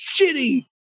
shitty